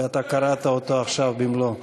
ואתה קראת אותו עכשיו במלואו,